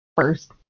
first